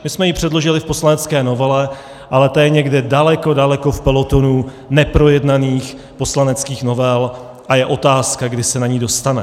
My jsme to předložili v poslanecké novele, ale ta je někde daleko, daleko v pelotonu neprojednaných poslaneckých novel a je otázka, kdy se na ni dostane.